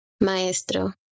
Maestro